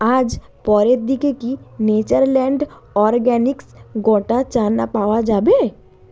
আজ পরের দিকে কি নেচারল্যান্ড অরগ্যানিক্স গোটা চানা পাওয়া যাবে